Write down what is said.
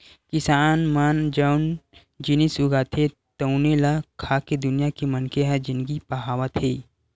किसान मन जउन जिनिस उगाथे तउने ल खाके दुनिया के मनखे ह जिनगी पहावत हे